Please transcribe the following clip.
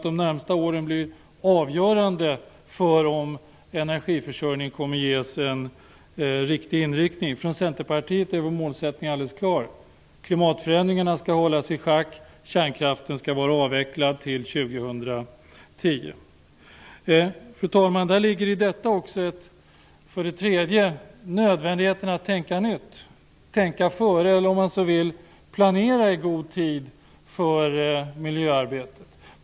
De närmaste åren blir avgörande för om energiförsörjningen kommer att ges en riktig inriktning. Från Centerpartiet är målsättningen alldeles klar: Klimatförändringarna skall hållas i schack, kärnkraften skall vara avvecklad till 2010. Fru talman! I detta ligger också för det tredje nödvändigheten att tänka nytt, tänka före, eller, om man så vill, planera i god tid för miljöarbetet.